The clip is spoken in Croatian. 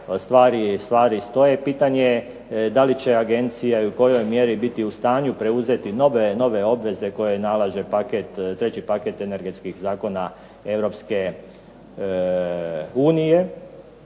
stvari stoje, pitanje da li je agencija i u kojoj mjeri biti u stanju preuzeti nove obveze koje nalaže treći paket energetskih zakona Europske unije?